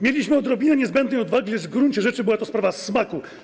Mieliśmy odrobinę koniecznej odwagi, lecz w gruncie rzeczy była to sprawa smaku.